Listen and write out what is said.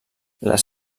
les